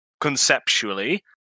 conceptually